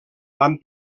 van